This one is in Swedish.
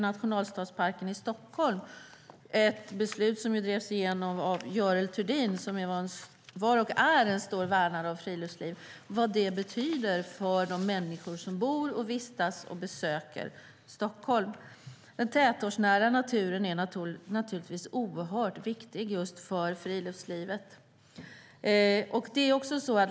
Nationalstadsparken i Stockholm var ett beslut som drevs igenom av Görel Thurdin, som var och är en stor värnare av friluftsliv. Där kan man se vad det betyder för de människor som bor, vistas i och besöker Stockholm. Den tätortsnära naturen är naturligtvis oerhört viktig just för friluftslivet.